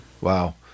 Wow